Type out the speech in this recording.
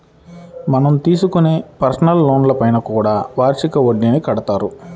మనం తీసుకునే పర్సనల్ లోన్లపైన కూడా వార్షిక వడ్డీని కడతారు